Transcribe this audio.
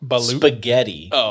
spaghetti